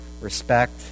respect